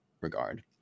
regard